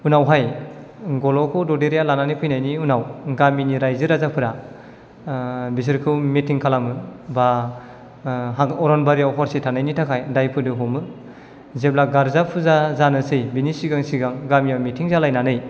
उनावहाय गल'खौ ददेरेया लाना फैनायनि उनाव गामिनि रायजो राजाफोरा बिसोरखौ मिथिं खालामो बा अरनबारियाव हरसे थानायनि थाखाय दायफोर हमो जेब्ला गारजा फुजा जानोसै बेनि सिगां सिगां गामियाव मिथिं जालायनानै